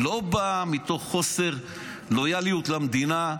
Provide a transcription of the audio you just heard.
לא באה מתוך חוסר לויאליות למדינה.